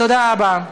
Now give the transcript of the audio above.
תודה רבה.